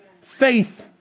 Faith